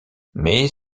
mais